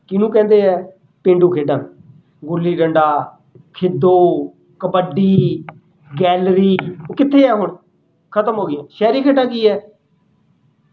ਕਿਹਨੂੰ ਕਹਿੰਦੇ ਹੈ ਪੇਂਡੂ ਖੇਡਾਂ ਗੁੱਲੀ ਡੰਡਾ ਖਿੱਦੋਂ ਕਬੱਡੀ ਗੈਲਰੀ ਕਿੱਥੇ ਆ ਹੁਣ ਖਤਮ ਹੋ ਗਈਆਂ ਸ਼ਹਿਰੀ ਖੇਡਾਂ ਕੀ ਹੈ